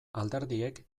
alderdiek